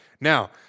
Now